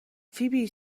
فیبی